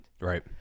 Right